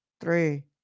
three